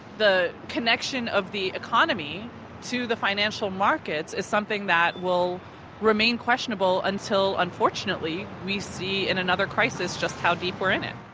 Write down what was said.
the connection of the economy to the financial markets is something that will remain questionable until, unfortunately, we see in another crisis just how deep we're in it